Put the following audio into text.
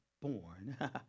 born